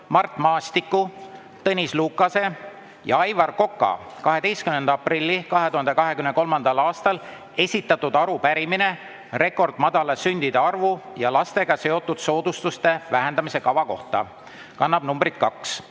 Mart Maastiku, Tõnis Lukase ja Aivar Koka 12. aprillil 2023. aastal esitatud arupärimine rekordmadala sündide arvu ja lastega seotud soodustuste vähendamise kava kohta. See kannab numbrit 2